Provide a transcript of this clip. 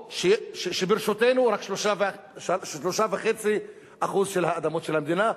וברשותנו רק 3.5% של אדמות המדינה,